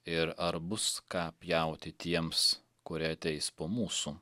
ir ar bus ką pjauti tiems kurie ateis po mūsų